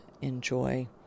enjoy